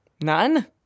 None